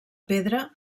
pedra